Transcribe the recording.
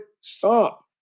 stop